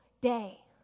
day